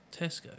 Tesco